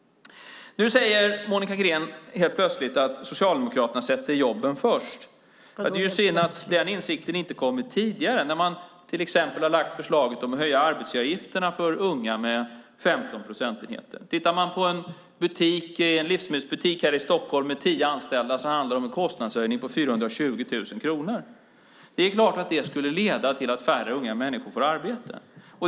Nu säger Monica Green helt plötsligt att Socialdemokraterna sätter jobben först. Det är synd att den insikten inte kommit tidigare, till exempel när man lagt fram förslaget om att höja arbetsgivaravgifterna för unga med 15 procentenheter. Tittar man på livsmedelsbutik här i Stockholm med tio anställda handlar det om en kostnadshöjning på 420 000 kronor. Det är klart att det skulle leda till att färre människor får arbete.